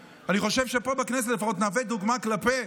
אני חושב שפה בכנסת לפחות נהווה דוגמה כלפי